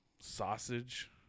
sausage